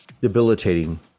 debilitating